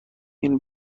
این